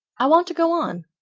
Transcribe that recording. i want to go on.